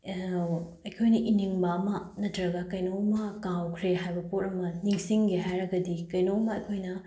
ꯑꯩꯈꯣꯏꯅ ꯏꯅꯤꯡꯕ ꯑꯃ ꯅꯠꯇ꯭ꯔꯒ ꯀꯩꯅꯣꯝꯃ ꯀꯥꯎꯈ꯭ꯔꯦ ꯍꯥꯏꯕ ꯄꯣꯠ ꯑꯃ ꯅꯤꯡꯁꯤꯡꯒꯦ ꯍꯥꯏꯔꯒꯗꯤ ꯀꯩꯅꯣꯝꯃ ꯑꯩꯈꯣꯏꯅ